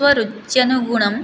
स्वरुच्यनुगुणम्